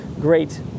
great